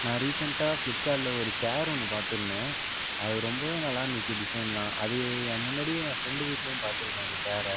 நான் ரீசென்ட்டாக ஃப்ளிப்கார்ட்டில ஒரு ச்சேர் ஒன்று பார்த்துருந்தேன் அது ரொம்பவே நல்லாருந்துச்சு டிசைன்லாம் அது ஏ முன்னாடியே ஏ ஃப்ரெண்டு வீட்லையும் பார்த்துருக்கேன் அந்த ச்சேர்ற